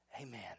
amen